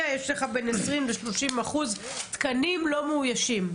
יש לך בין 20% ל-30% תקנים לא מאוישים.